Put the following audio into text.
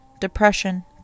depression